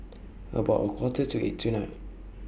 about A Quarter to eight tonight